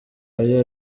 ayo